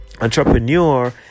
entrepreneur